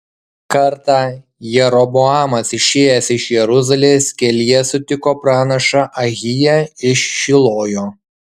kartą jeroboamas išėjęs iš jeruzalės kelyje sutiko pranašą ahiją iš šilojo